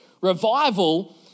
Revival